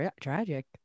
tragic